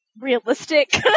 realistic